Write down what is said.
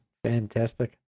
fantastic